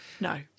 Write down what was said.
no